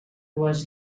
dues